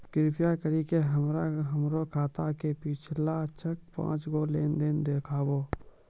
कृपा करि के हमरा हमरो खाता के पिछलका पांच गो लेन देन देखाबो